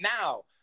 now